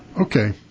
Okay